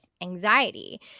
anxiety